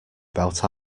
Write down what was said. about